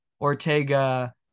Ortega